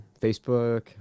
Facebook